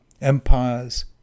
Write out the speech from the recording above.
Empires